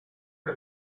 que